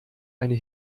eine